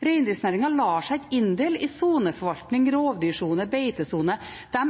Reindriftsnæringen lar seg ikke inndele i soneforvaltning, rovdyrsone, beitesone. De